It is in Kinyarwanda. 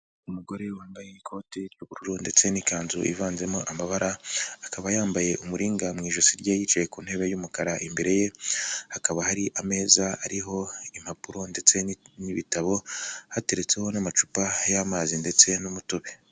Umugore wambaye ikote ry'ubururu ndetse n'ikanzu ivanzemo amabara, akaba yambaye umuringa mu ijosi rye, yicaye ku ntebe y'umukara, imbere ye hakaba hari ameza ariho impapuro ndetse n'ibitabo, hateretseho n'amacupa y'amazi ndetse n'umutobe.